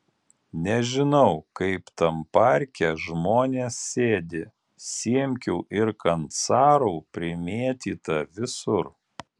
nežinau kaip tam parke žmonės sėdi siemkių ir kancarų primėtyta visur